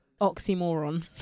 Oxymoron